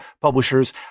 publishers